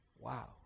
Wow